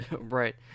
Right